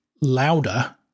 louder